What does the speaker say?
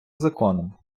законом